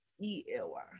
E-L-Y